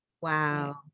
Wow